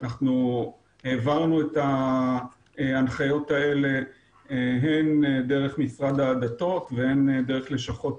אנחנו העברנו את ההנחיות האלה הן דרך משרד הדתות והן דרך לשכות